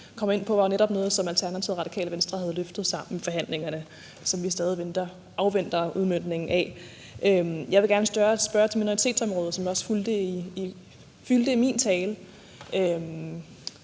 kom ind på, var netop noget, som Alternativet og Radikale Venstre havde løftet sammen i forhandlingerne, og som vi stadig afventer udmøntningen af. Jeg vil gerne spørge til minoritetsområdet, som også fyldte i min tale.